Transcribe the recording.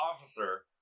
officer